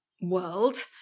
world